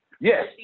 Yes